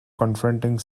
confronting